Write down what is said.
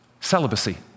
Celibacy